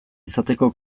izateko